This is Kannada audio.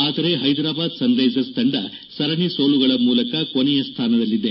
ಆದರೆ ಪೈದ್ರಾಬಾದ್ ಸನ್ರೈಸರ್ಸ್ ತಂಡ ಸರಣಿ ಸೋಲುಗಳ ಮೂಲಕ ಕೊನೆಯ ಸ್ಥಾನದಲ್ಲಿದೆ